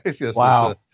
Wow